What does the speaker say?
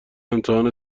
امتحان